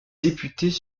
députés